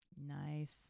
Nice